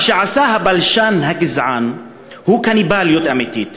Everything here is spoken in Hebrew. מה שעשה הבלשן הגזען הוא קניבליות אמיתית,